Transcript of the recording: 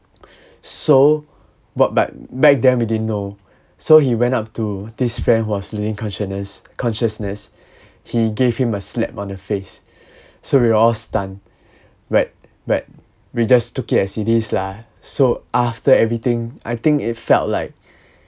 so but back back then we didn't know so he went up to this friend who was losing consciousness consciousness he gave him a slap on the face so we all stunned wet wet we just took it as it is lah so after everything I think it felt like